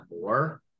more